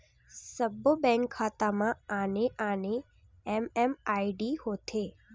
सब्बो बेंक खाता म आने आने एम.एम.आई.डी होथे